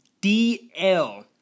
DL